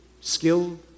skilled